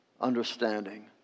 understanding